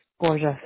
Gorgeous